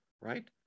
right